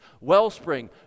Wellspring